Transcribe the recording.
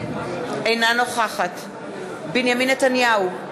אינה נוכחת בנימין נתניהו,